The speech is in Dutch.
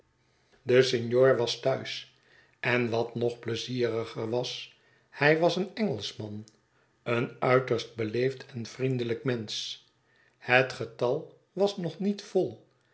de signor was thuis en wat nog pleizieriger was hij was eenengelschman een uiterst beleefd en vriendelijk mensch het getal was nog niet vol